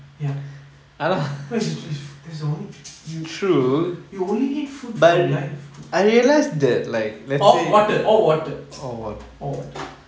ya I mean it's that's the only you only need food for life or water or water or water